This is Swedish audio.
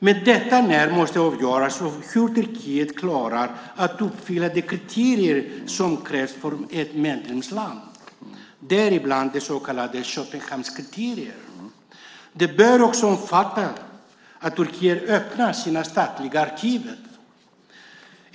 Men detta "när" måste avgöras av hur Turkiet klarar att uppfylla de kriterier som krävs av ett medlemsland, däribland de så kallade Köpenhamnskriterierna. Det bör också omfatta att Turkiet öppnar sina statliga arkiv.